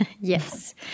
Yes